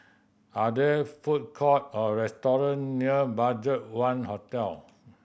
are there food court or restaurant near BudgetOne Hotel